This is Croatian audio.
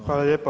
Hvala lijepa.